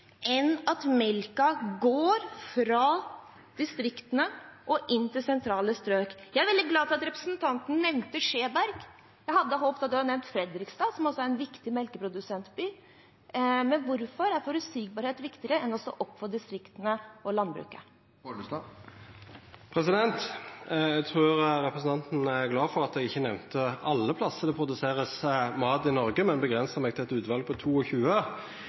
enn at melken går fra distriktene og inn til sentrale strøk. Jeg er veldig glad for at representanten nevnte Skjeberg. Jeg hadde håpet at han hadde nevnt Fredrikstad, som er en viktig melkeprodusentby. Da er mitt spørsmål: Hvorfor er forutsigbarhet viktigere enn å stå opp for distriktene og landbruket? Eg trur representanten må vera glad for at eg ikkje nemnde alle plassar det vert produsert mat i Noreg, men avgrensa meg til eit utval på